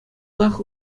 лайӑх